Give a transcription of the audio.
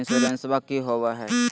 इंसोरेंसबा की होंबई हय?